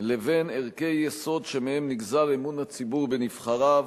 לבין ערכי יסוד שמהם נגזר אמון הציבור בנבחריו,